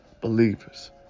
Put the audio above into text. believers